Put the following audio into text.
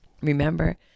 remember